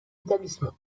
établissement